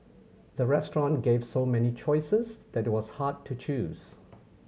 the restaurant gave so many choices that it was hard to choose